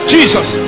Jesus